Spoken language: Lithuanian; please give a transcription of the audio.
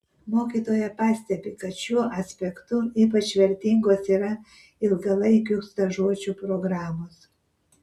mokytoja pastebi kad šiuo aspektu ypač vertingos yra ilgalaikių stažuočių programos